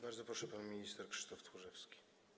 Bardzo proszę pan minister Krzysztof Tchórzewski.